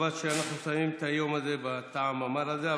חבל שאנחנו מסיימים את היום הזה בטעם המר הזה,